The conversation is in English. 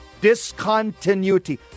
discontinuity